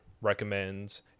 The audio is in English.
recommends